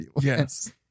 Yes